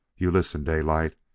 you listen, daylight,